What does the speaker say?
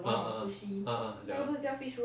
ah ah ah ah ah that [one]